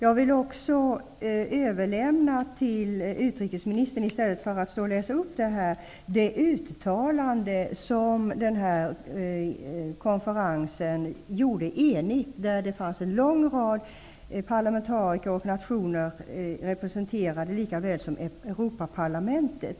I stället för att läsa upp det här vill jag till utrikesministern överlämna det uttalande som denna konferens enigt gjorde. Där var en lång rad parlamentariker och nationer representerade liksom Europaparlamentet.